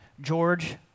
George